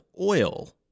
oil